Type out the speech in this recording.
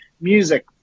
music